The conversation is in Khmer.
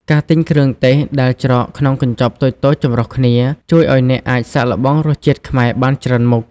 ការទិញគ្រឿងទេសដែលច្រកក្នុងកញ្ចប់តូចៗចម្រុះគ្នា ជួយឱ្យអ្នកអាចសាកល្បងរសជាតិខ្មែរបានច្រើនមុខ។